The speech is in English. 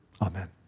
Amen